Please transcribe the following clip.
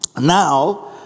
Now